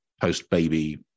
post-baby